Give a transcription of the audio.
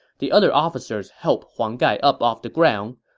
the other officers helped huang gai up off the ground.